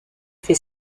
fait